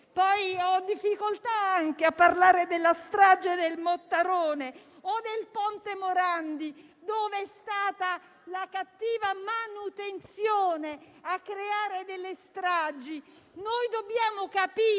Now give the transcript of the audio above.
Ho difficoltà a parlare della strage del Mottarone o del ponte Morandi, dove è stata la cattiva manutenzione a creare delle stragi. Noi dobbiamo capire